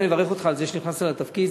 אני מברך אותך על שנכנסת לתפקיד,